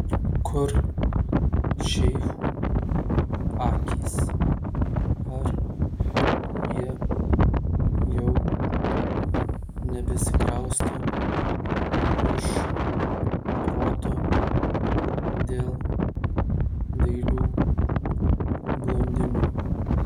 kur šeichų akys ar jie jau nebesikrausto iš proto dėl dailių blondinių